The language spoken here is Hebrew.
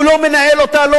הוא לא מנהל אותה,